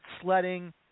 sledding